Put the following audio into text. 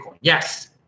Yes